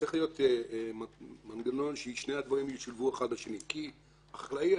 צריך להיות מנגנון ששני הדברים ישולבו בו האחד בשני.